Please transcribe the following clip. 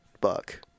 buck